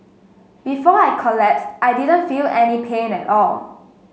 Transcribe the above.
before I collapsed I didn't feel any pain at all